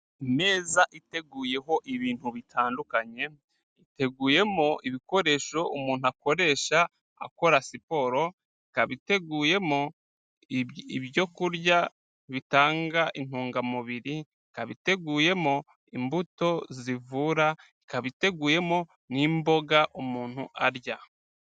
Imeza iteguyeho ibintu bitandukanye, iteguyemo ibikoresho umuntu akoresha akora siporo, ikaba iteguyemo ibyo kurya bitanga intungamubiri, ikaba iteguyemo imbuto zivura, ikaba iteguyemo n'imboga umuntu arya.